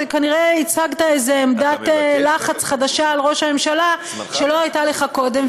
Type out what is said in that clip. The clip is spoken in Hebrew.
כנראה הצגת איזו עמדת לחץ חדשה על ראש הממשלה שלא הייתה לך קודם,